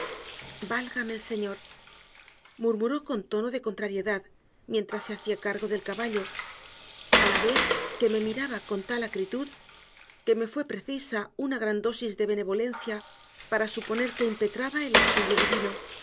válgame el señor murmuró con tono de contrariedad mientras se hacía cargo del caballo a la vez que me miraba con tal acritud que me fue precisa una gran dosis de benevolencia para suponer que impetraba el auxilio divino